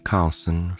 Carlson